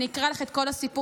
אני אקרא לך את כל הסיפור,